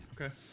Okay